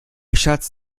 schatz